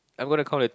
I'm gonna count the